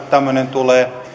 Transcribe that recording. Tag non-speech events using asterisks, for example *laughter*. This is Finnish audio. *unintelligible* tämmöinen tulee